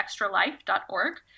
extralife.org